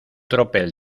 tropel